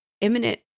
imminent